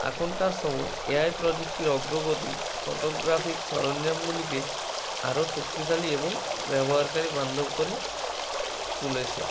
এখনকার সময় এআই প্রযুক্তির অগ্রগতি ফটোগ্রাফিক সরঞ্জামগুলিকে আরো শক্তিশালী এবং ব্যবহারকারী বান্ধব করে তুলেছে